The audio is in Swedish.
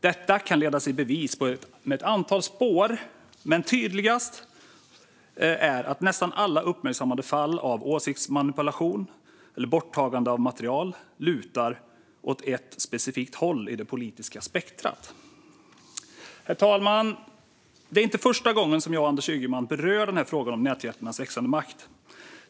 Detta kan ledas i bevis via ett antal spår, men tydligast är att nästan alla uppmärksammade fall av åsiktsmanipulation eller borttagande av material lutar åt ett specifikt håll i det politiska spektrumet. Herr talman! Det är inte första gången jag och Anders Ygeman berör frågan om nätjättarnas växande makt.